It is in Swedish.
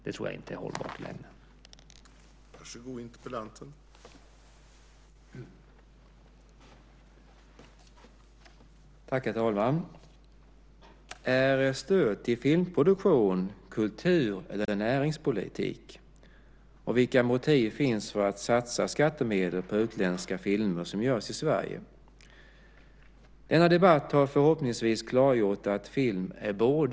Det tror jag inte är hållbart i längden.